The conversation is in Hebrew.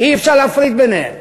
אי-אפשר להפריד ביניהם.